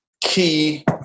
key